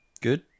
Good